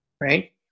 right